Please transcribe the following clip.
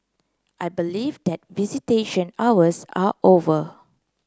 I believe that visitation hours are over